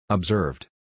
Observed